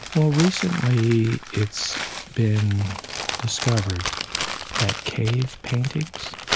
well, recently it's been discovered that cave paintings